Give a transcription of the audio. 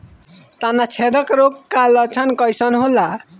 तना छेदक रोग का लक्षण कइसन होला?